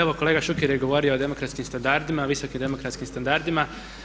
Evo kolega Šuker je govorio o demokratskim standardima, o visokim demokratskim standardima.